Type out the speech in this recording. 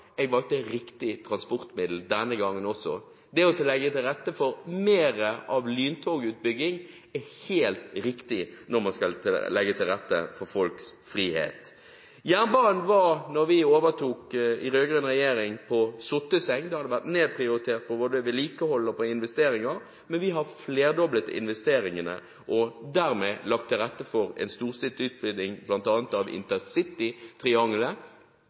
jeg valgte riktig transportmiddel denne gangen også. Det å legge til rette for mer lyntogutbygging er helt riktig når man skal legge til rette for folks frihet. Da den rød-grønne regjeringen overtok, lå jernbanen på sotteseng. Både vedlikehold og investeringer hadde vært nedprioritert, men vi har flerdoblet investeringene og dermed lagt til rette for en storstilt utbygging, bl.a. av